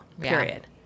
period